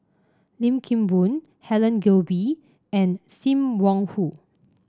Lim Kim Boon Helen Gilbey and Sim Wong Hoo